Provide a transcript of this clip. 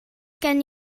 gen